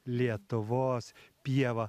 lietuvos pieva